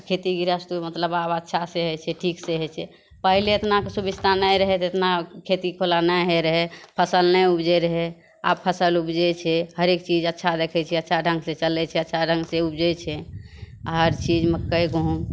खेती गृहस्ति मतलब आब अच्छा से होइ छै ठीक से होइ छै पहिले एतना सुविस्ता नहि रहै जेतना खेती को केनाइ रहै फसल नहि उपजै रहै आब फसल उपजै छै हरेक चीज अच्छा देखै छियै अच्छा ढंग से चलै छै अच्छा ढंग से उपजै छै हर चीज मक्कै गहुम